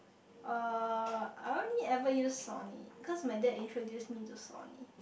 uh I only ever use Sony cause my dad introduced me to Sony